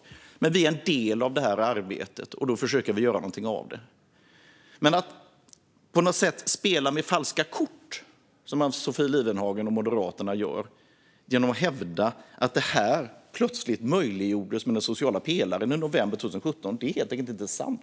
Vi är en del av det här arbetet, och då försöker vi göra någonting av det. Men det är att spela med falska kort att, som Ann-Sofie Lifvenhage och Moderaterna gör, hävda att det här plötsligt möjliggjordes med den sociala pelaren i november 2017. Det är helt enkelt inte sant.